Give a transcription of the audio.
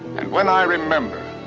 and when i remember,